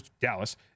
Dallas